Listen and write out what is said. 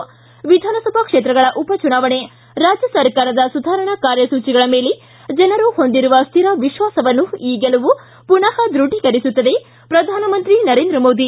ಿ ವಿಧಾನಸಭಾ ಕ್ಷೇತ್ರಗಳ ಉಪಚುನಾವಣೆ ರಾಜ್ಯ ಸರ್ಕಾರದ ಸುಧಾರಣಾ ಕಾರ್ಯಸೂಚಿಗಳ ಮೇಲೆ ಜನರು ಹೊಂದಿರುವ ಸ್ಥಿರ ವಿಶ್ವಾಸವನ್ನು ಈ ಗೆಲುವು ಪುನ ದೃಢೀಕರಿಸುತ್ತದೆ ಪ್ರಧಾನಮಂತ್ರಿ ನರೇಂದ್ರ ಮೋದಿ